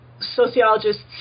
sociologists